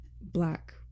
black